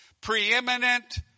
preeminent